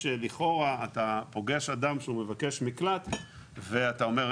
שלכאורה אתה פוגש אדם שהוא מבקש מקלט ואתה אומר,